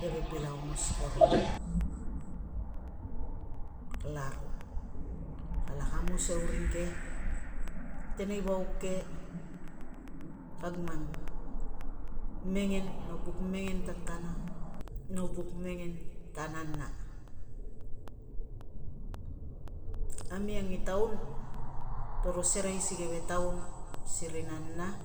Keve bil aongos ko roron. Kalaro kala kamus e uringke. Tenei vauk ke kag mang mengen no buk mengen tatana no buk mengen ta nana. Amiang i taun toro serei si keve taun siri nana